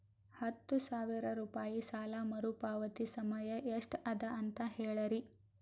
ಹತ್ತು ಸಾವಿರ ರೂಪಾಯಿ ಸಾಲ ಮರುಪಾವತಿ ಸಮಯ ಎಷ್ಟ ಅದ ಅಂತ ಹೇಳರಿ?